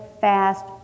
fast